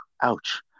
ouch